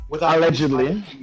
Allegedly